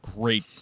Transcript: great